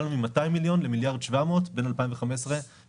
גדלנו מ-200 מיליון ל-1.7 מיליארד בין 2015 ועד